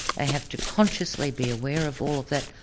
ah have to consciously be aware of all of that,